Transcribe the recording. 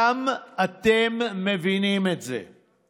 גם אתם מבינים את זה.